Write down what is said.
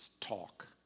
talk